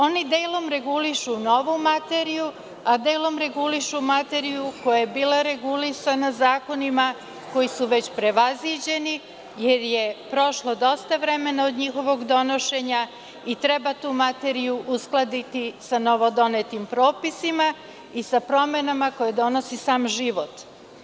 Oni delom regulišu novu materiju, a delom regulišu materiju koja je bila regulisana zakonima koji su već prevaziđeni, jer je prošlo dosta vremena od njihovog donošenja i treba tu materiju uskladiti sa novodonetim propisima i sa promenama koje donosi sam život.